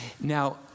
Now